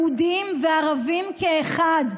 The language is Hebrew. יהודים וערבים כאחד.